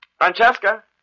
Francesca